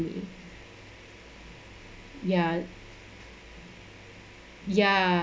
me ya ya